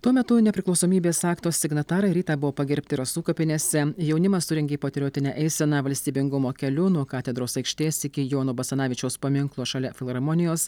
tuo metu nepriklausomybės akto signatarai rytą buvo pagerbti rasų kapinėse jaunimas surengė patriotinę eiseną valstybingumo keliu nuo katedros aikštės iki jono basanavičiaus paminklo šalia filharmonijos